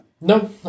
No